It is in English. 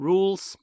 Rules